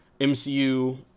MCU